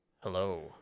hello